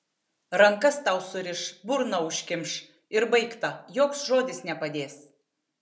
rankas tau suriš burną užkimš ir baigta joks žodis nepadės